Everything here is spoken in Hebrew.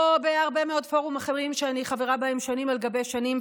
בהרבה מאוד פורומים אחרים שאני חברה בהם שנים על גבי שנים,